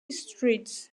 streets